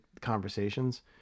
conversations